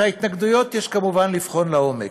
את ההתנגדויות יש כמובן לבחון לעומק,